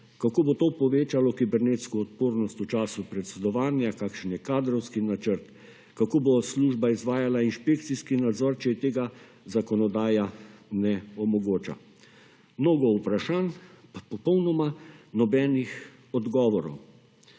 kako bo to povečalo kibernetsko odpornost v času predsedovanja; kakšen je kadrovski načrt; kako bo služba izvajala inšpekcijski nadzor, če ji tega zakonodaja ne omogoča. Mnogo vprašanj, pa popolnoma nobenih odgovorov.